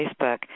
Facebook